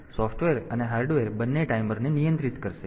તેથી સોફ્ટવેર અને હાર્ડવેર બંને ટાઈમરને નિયંત્રિત કરશે